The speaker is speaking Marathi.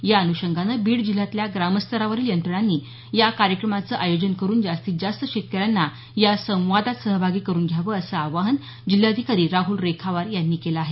या अन्षंगानं बीड जिल्ह्यातल्या ग्रामस्तरावरील यंत्रणांनी या कार्यक्रमाचं आयोजन करुन जास्तीत जास्त शेतकऱ्यांना या संवादात सहभागी करून घ्याव अस आवाहन जिल्हाधिकारी राहुल रेखावार यांनी केले आहे